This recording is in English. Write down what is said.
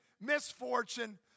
misfortune